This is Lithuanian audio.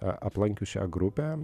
a aplankius šią grupę